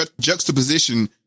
juxtaposition